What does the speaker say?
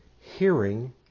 Hearing